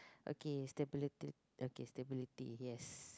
okay stability okay stability yes